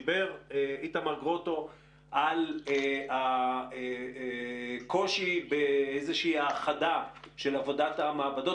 דיבר איתמר גרוטו על הקושי באיזושהי האחדה של עבודת המעבדות.